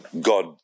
God